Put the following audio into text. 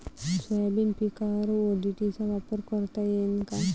Soybean पिकावर ODT चा वापर करता येईन का?